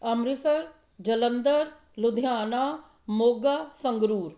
Amritsar Jalandhar Ludhiana Moga Sangrur